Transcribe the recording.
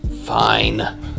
Fine